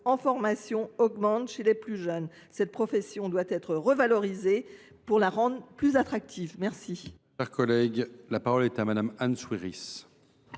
en formation augmentent chez les plus jeunes. Cette profession doit être revalorisée pour être rendue plus attractive. La